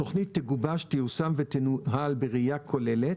התוכנית תגובש, תיושם ותנוהל בראייה כוללת,